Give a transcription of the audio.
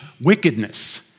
wickedness